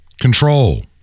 control